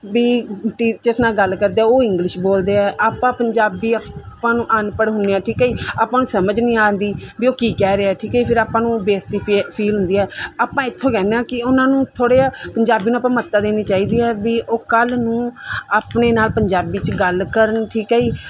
ਵੀ teachers ਨਾਲ ਗੱਲ ਕਰਦੇ ਆ ਉਹ ਇੰਗਲਿਸ਼ ਬੋਲਦੇ ਆ ਆਪਾਂ ਪੰਜਾਬੀ ਆਪਾਂ ਨੂੰ ਅਨਪੜ੍ਹ ਹੁੰਦੇ ਹਾਂ ਠੀਕ ਹੈ ਜੀ ਆਪਾਂ ਨੂੰ ਸਮਝ ਨਹੀਂ ਆਉਂਦੀ ਵੀ ਉਹ ਕੀ ਕਹਿ ਰਿਹਾ ਠੀਕ ਫਿਰ ਆਪਾਂ ਨੂੰ ਬੇਇੱਜ਼ਤੀ ਫੀ ਫੀਲ ਹੁੰਦੀ ਆ ਆਪਾਂ ਇੱਥੋਂ ਕਹਿੰਦੇ ਹਾਂ ਕਿ ਉਹਨਾਂ ਨੂੰ ਥੋੜ੍ਹਾ ਜਿਹਾ ਪੰਜਾਬੀ ਨੂੰ ਆਪਾਂ ਮਹੱਤਤਾ ਦੇਣੀ ਚਾਹੀਦੀ ਹੈ ਵੀ ਉਹ ਕੱਲ੍ਹ ਨੂੰ ਆਪਣੇ ਨਾਲ ਪੰਜਾਬੀ 'ਚ ਗੱਲ ਕਰਨ ਠੀਕ ਹੈ ਜੀ